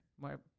more